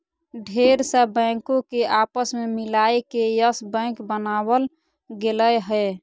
ढेर सा बैंको के आपस मे मिलाय के यस बैक बनावल गेलय हें